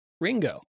Ringo